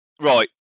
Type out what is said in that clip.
Right